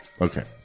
Okay